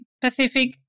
Pacific